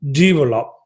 develop